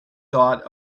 dot